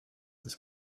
this